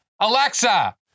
Alexa